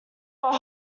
were